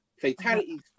fatalities